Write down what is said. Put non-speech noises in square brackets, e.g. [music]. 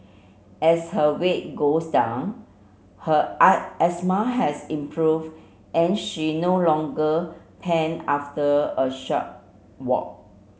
as her weight goes down her [unintelligible] asthma has improve and she no longer pant after a short walk